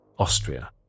Austria